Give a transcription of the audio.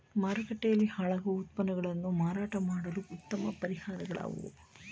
ಮಾರುಕಟ್ಟೆಯಲ್ಲಿ ಹಾಳಾಗುವ ಉತ್ಪನ್ನಗಳನ್ನು ಮಾರಾಟ ಮಾಡಲು ಉತ್ತಮ ಪರಿಹಾರಗಳು ಯಾವುವು?